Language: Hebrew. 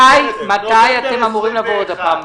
מתי אתם אמורים לבוא עוד פעם?